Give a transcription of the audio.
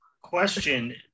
Question